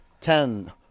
ten